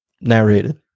Narrated